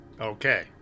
Okay